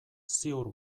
ziur